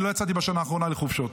אני לא יצאתי בשנה האחרונה לחופשות.